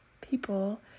people